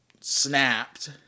snapped